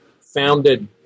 founded